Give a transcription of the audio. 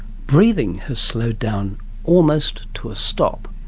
breathing has slowed down almost to a stop.